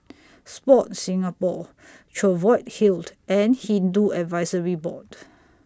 Sport Singapore Cheviot Hill and Hindu Advisory Board